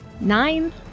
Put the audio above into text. Nine